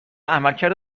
عملکرد